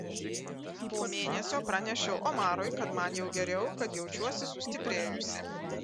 po mėnesio pranešiau omarui kad man jau geriau kad jaučiuosi sustiprėjusi